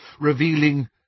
revealing